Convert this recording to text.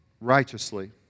Righteously